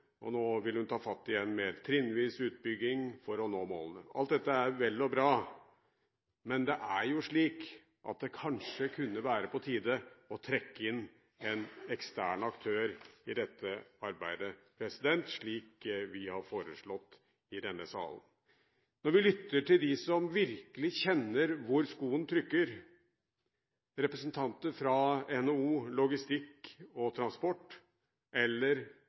og nå vil hun ta fatt i en mer trinnvis utbygging for å nå målet. Alt dette er vel og bra, men det er jo slik at det kanskje kunne være på tide å trekke inn en ekstern aktør i dette arbeidet, slik vi har foreslått i denne salen. Når vi lytter til dem som virkelig kjenner hvor skoen trykker, representanter fra NHO, logistikk og transport, eller